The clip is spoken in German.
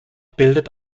bildet